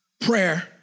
Prayer